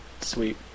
Sweet